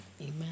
Amen